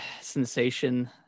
sensation